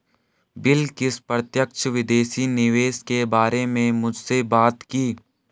बिलकिश प्रत्यक्ष विदेशी निवेश के बारे में मुझसे बात की